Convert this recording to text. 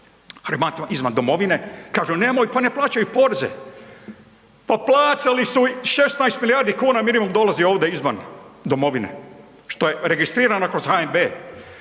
Hrvatima izvan domovine, kažu nemoj, pa ne plaćaju poreze. Pa plaćali su, 16 milijardi kuna minimum dolazi ovde izvan domovine, što je registrirano kroz HNB.